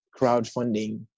crowdfunding